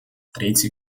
третий